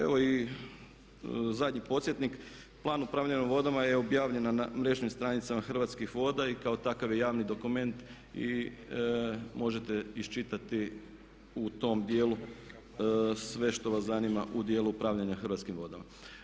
Evo i zadnji podsjetnik, plan upravljanja vodama je objavljen na mrežnim stranicama Hrvatskih voda i kao takav je javni dokument i možete iščitati u tom dijelu sve što vas zanima u dijelu upravljanja hrvatskim vodama.